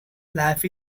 life